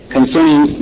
concerning